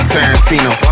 Tarantino